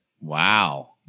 Wow